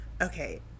okay